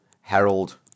herald